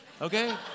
okay